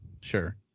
sure